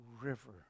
river